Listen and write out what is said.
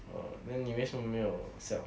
err then 你为什么没有笑